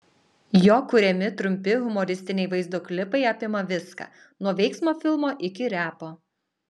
jo kuriami trumpi humoristiniai vaizdo klipai apima viską nuo veiksmo filmo iki repo